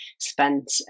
spent